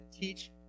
teach